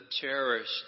cherished